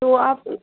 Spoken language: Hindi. तो आप